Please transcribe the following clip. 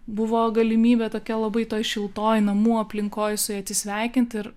buvo galimybė tokia labai toj šiltoj namų aplinkoj su ja atsisveikinti ir